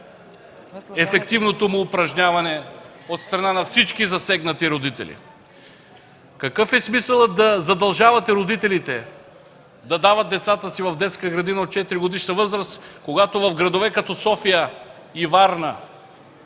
ефективното му упражняване от страна на всички засегнати родители. Какъв е смисълът да задължавате родителите да дават децата си в детска градина от 4-годишна възраст, когато в градове като София и Варна